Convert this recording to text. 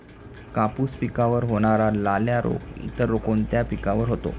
कापूस पिकावर होणारा लाल्या रोग इतर कोणत्या पिकावर होतो?